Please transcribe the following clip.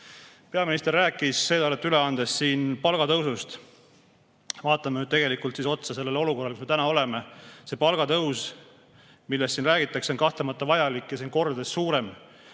Peaminister rääkis eelarvet üle andes palgatõusust. Vaatame nüüd tegelikult otsa sellele olukorrale, kus me täna oleme. See palgatõus, millest siin räägitakse, on kahtlemata vajalik ja seda on vaja kordades rohkem,